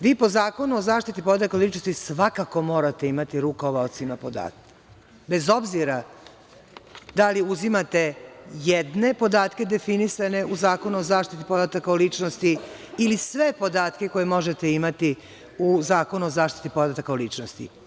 Vi po Zakonu o zaštiti podataka o ličnosti svakako morate imati rukovaoce podacima, bez obzira da li uzimate jedne podatke definisane u Zakonu o zaštiti podataka o ličnosti ili sve podatke koje možete imati u Zakonu o zaštiti podataka o ličnosti.